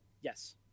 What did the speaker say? Yes